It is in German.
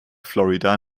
florida